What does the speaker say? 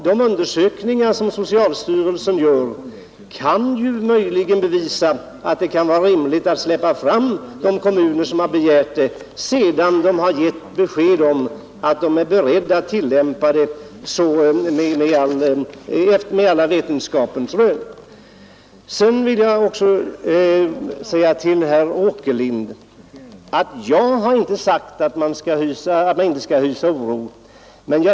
De undersökningar som görs av socialstyrelsen kan möjligen bevisa att det kan vara rimligt att släppa fram de kommuner som begärt tillstånd, sedan de lämnat besked om att de är beredda att tillämpa alla vetenskapliga rön. Jag har inte sagt att man inte skall hysa oro, herr Åkerlind.